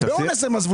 אלא בעל כורחם.